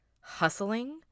hustling